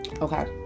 Okay